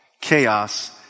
Chaos